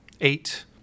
Eight